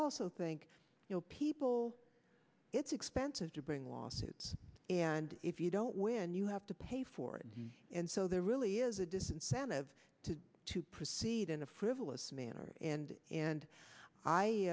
know people it's expensive to bring lawsuits and if you don't win you have to pay for it and so there really is a disincentive to to proceed in a frivolous manner and and i